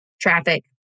Traffic